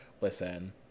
Listen